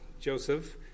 Joseph